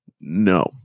No